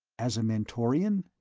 as a mentorian?